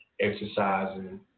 exercising